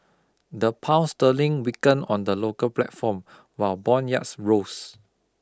the Pound sterling weakened on the local platform while bond yields rose